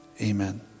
Amen